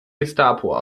gestapo